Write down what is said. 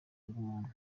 bw’umuntu